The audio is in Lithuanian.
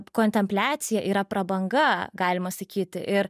kontempliacija yra prabanga galima sakyti ir